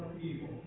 evil